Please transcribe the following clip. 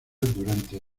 durante